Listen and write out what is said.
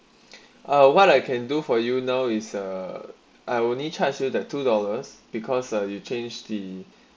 uh what I can do for you now is uh I only charged that two dollars because you change the